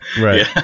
right